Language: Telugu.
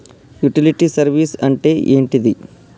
యుటిలిటీ సర్వీస్ అంటే ఏంటిది?